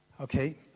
Okay